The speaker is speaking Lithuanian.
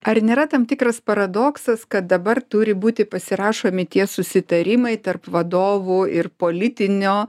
ar nėra tam tikras paradoksas kad dabar turi būti pasirašomi tie susitarimai tarp vadovų ir politinio